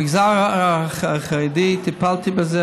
במגזר החרדי טיפלתי בזה,